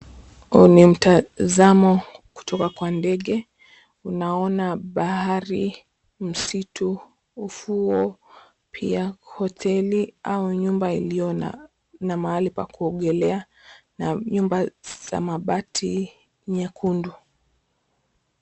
Kuna mtazamo kutoka kwa ndege unaona bahari, msitu ufuo pia hoteli au nyumba iliyo na mahali pa kuogelea na nyumba za mabati nyekundu.